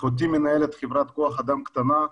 אחותי מנהלת חברת כוח אדם קטנה,